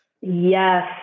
Yes